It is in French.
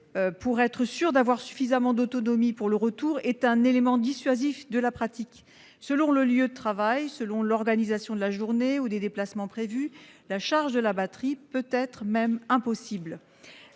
d'une autonomie suffisante pour le retour est un élément dissuasif de la pratique. Selon le lieu de travail, selon l'organisation de la journée ou des déplacements prévus, la charge de la batterie peut même être impossible.